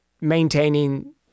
maintaining –